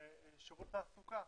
בשירות התעסוקה,